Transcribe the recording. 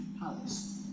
palace